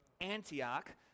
Antioch